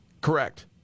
Correct